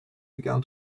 began